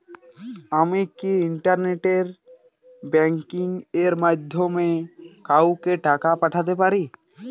আমি কি internet banking এর মাধ্যমে কাওকে টাকা পাঠাতে পারি?